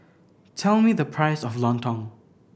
tell me the price of Lontong